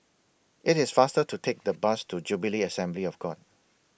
IT IS faster to Take The Bus to Jubilee Assembly of God